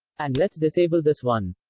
and let's disable this one.